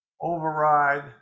override